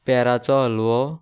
पेराचो हल्वो